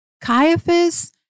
Caiaphas